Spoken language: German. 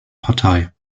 partei